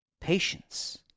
patience